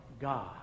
God